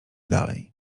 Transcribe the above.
dalej